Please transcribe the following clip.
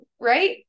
Right